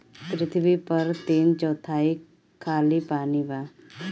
पृथ्वी पर तीन चौथाई खाली पानी बा